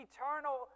Eternal